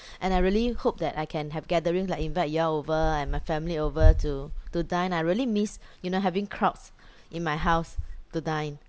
and I really hope that I can have gathering like invite you all over and my family over to to dine I really miss you know having crowds in my house to dine